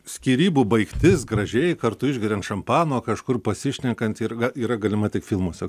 skyrybų baigtis gražiai kartu išgeriant šampano kažkur pasišnekant jurga yra galima tik filmuose